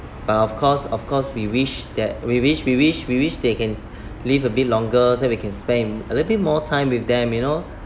but of course of course we wish that we wish we wish we wish they can live a bit longer so that we can spend a little bit more time with them you know